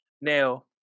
Now